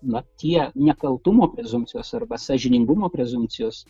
mat tie nekaltumo prezumpcijos arba sąžiningumo prezumpcijos